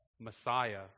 Messiah